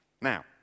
Now